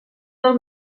del